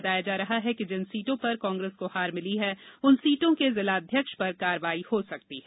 बताया जा रहा है कि जिन सीटों पर कांग्रेस को हार मिली है उन सीटों के जिलाध्यक्ष पर कार्रवाई हो सकती है